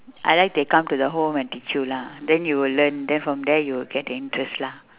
I like they come to the home and teach you lah then you will learn then from there you will get the interest lah